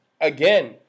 again